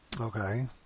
Okay